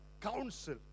council